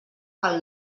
pel